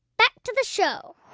back to the show